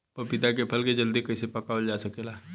पपिता के फल को जल्दी कइसे पकावल जा सकेला?